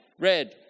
Red